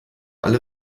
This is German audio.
alle